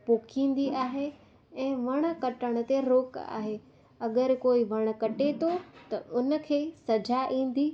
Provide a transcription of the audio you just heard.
पोखींदी आहे ऐं वण कटण ते रोकु आहे अगरि कोई वण कटे थो त उनखे सज़ा ईंदी